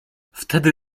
wtedy